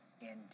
indeed